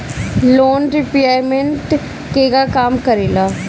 Loan repayment केगा काम करेला?